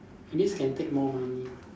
at least can take more money